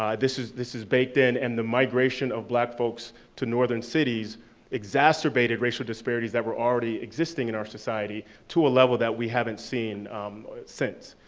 um this is this is baked in, and the migration of black folks to northern cities exacerbated racial disparities that were already existing in our society to a level that we haven't seen since.